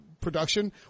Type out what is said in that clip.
production